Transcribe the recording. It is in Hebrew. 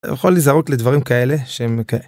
יכול לזהות לדברים כאלה שהם.